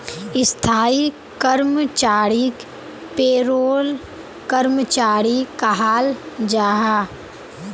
स्थाई कर्मचारीक पेरोल कर्मचारी कहाल जाहा